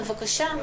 בבקשה.